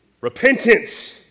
repentance